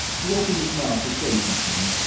he opened his mouth to say something,